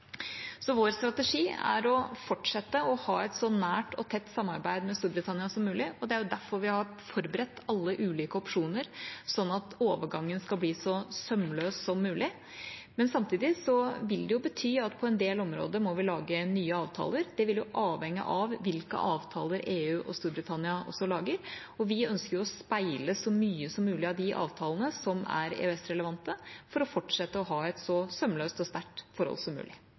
Så vår strategi er å fortsette å ha et så nært og tett samarbeid med Storbritannia som mulig. Det er derfor vi har forberedt alle ulike opsjoner, sånn at overgangen skal bli så sømløs som mulig. Samtidig vil det bety at på en del områder må vi lage nye avtaler. Det vil avhenge av hvilke avtaler EU og Storbritannia lager. Vi ønsker jo å speile så mye som mulig de avtalene som er EØS-relevante, for fortsatt å ha et så sømløst og sterkt forhold som mulig.